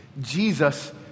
Jesus